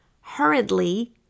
Hurriedly